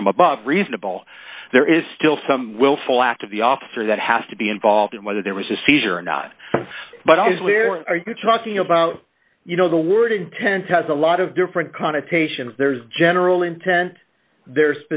from above reasonable there is still some willful act of the officer that has to be involved in whether there was a seizure or not but as we're talking about you know the word intent has a lot of different connotations there's general intent the